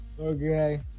Okay